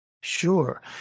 Sure